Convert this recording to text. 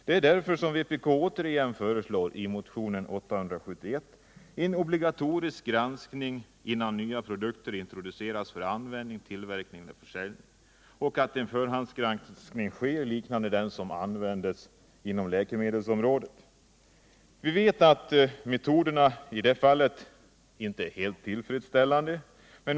Det är därför som vpk återigen — i motionen 871 — föreslår en obligatorisk granskning innan nya produkter introduceras för tillverkning, försäljning eller användning, och att en förhandsgranskning skall företas som liknar den som används inom läkemedelsområdet. Vi vet att metoderna i det fallet inte är helt tillfredsställande.